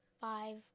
five